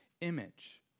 image